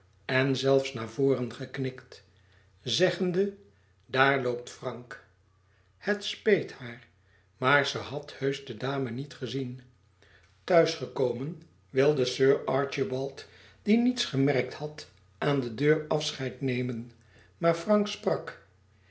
en zelfs naar voren geknikt zeggende daar loopt frank het speet haar maar ze had heusch de dame niet gezien thuis gekomen wilde sir archibald die niets gemerkt had aan de deur afscheid nemen maar frank sprak